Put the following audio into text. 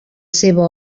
seva